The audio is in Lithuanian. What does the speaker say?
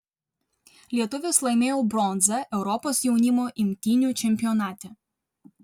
lietuvis laimėjo bronzą europos jaunimo imtynių čempionate